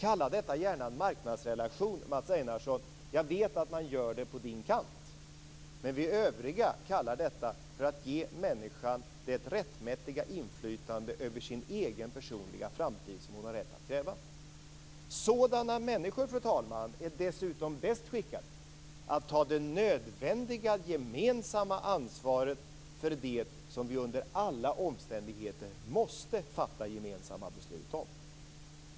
Kalla detta gärna en marknadsrelation, Mats Einarsson; jag vet att man gör det på din kant. Men vi övriga kallar detta för att ge människan det rättmätiga inflytande över sin egen personliga framtid som hon har rätt att kräva. Sådana människor, fru talman, är dessutom bäst skickade att ta det nödvändiga gemensamma ansvaret för det som vi under alla omständigheter måste fatta gemensamma beslut om.